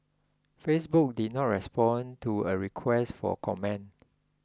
Facebook did not respond to a request for comment